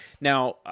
Now